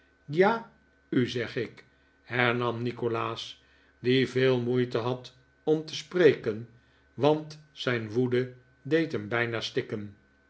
ja u zeg ik hernam nikolaas die veel moeite had om te spreken want zijn woede deed hem bijna stikken